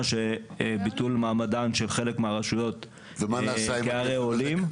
של ביטול מעמדן של חלק מהרשויות כערי עולים.